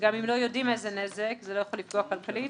וגם אם לא יודעים איזה נזק זה לא יכול לפגוע כלכלית,